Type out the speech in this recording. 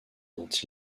dont